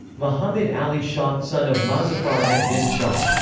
mohammad ali shah son of mozaffar ad-din shah.